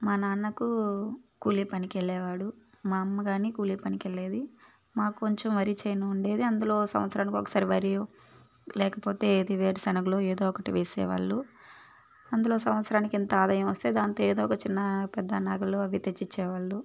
మా నాన్నకు కూలి పనికి వెళ్లేవాడు మా అమ్మగాని కూలి పనికి వెళ్లేది మాకు కొంచెం వరి చేను ఉండేది అందులో సంవత్సరానికి ఒకసారి వరి లేకపోతే ఇది వేరుశనగలు ఏదో ఒకటి వేసేవాళ్ళు అందులో సంవత్సరానికి ఎంత ఆదాయం వస్తే దానితో ఏదో ఒక చిన్న పెద్ద నగలు తెచ్చిచ్చేవాళ్ళు